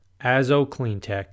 AzoCleanTech